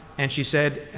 and she said,